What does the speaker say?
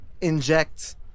inject